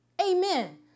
Amen